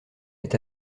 est